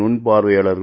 நுண்பார்வையாளர்கள்